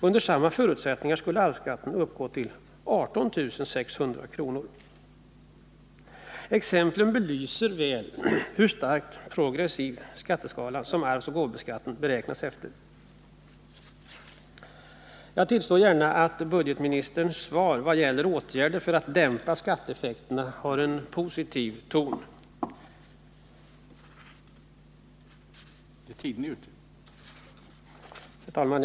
Under samma förutsättningar skulle arvsskatten uppgå till 18 600 kr. Exemplen belyser väl hur starkt progressiv den skatteskala är som arvsoch gåvoskatten beräknas efter. Jag tillstår gärna att budgetministerns svar vad gäller åtgärder för att dämpa skatteeffekterna har en positiv ton. Herr talman!